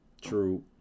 True